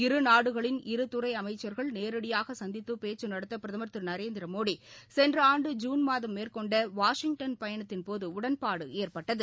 இரு நாடுகளின் இரு துறை அமைச்சர்கள் நேரடியாக சந்தித்து பேச்சு நடத்த பிரதமர் திரு நரேந்திரமோடி சென்ற ஆண்டு ஜூன் மாதம் மேற்கொண்ட வாஷிங்டன் பயணத்தின்போது உடன்பாடு ஏற்பட்டது